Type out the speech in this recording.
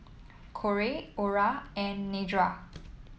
Corey Ora and Nedra